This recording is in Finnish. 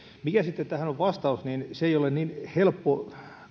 mikä sitten tähän on vastaus se ei ole niin helppo